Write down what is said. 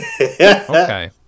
okay